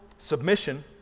Submission